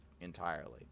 entirely